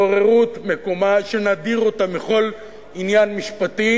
בוררות מקומה שנדיר אותה מכל עניין משפטי